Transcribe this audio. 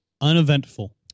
Uneventful